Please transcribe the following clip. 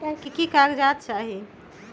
की की कागज़ात चाही?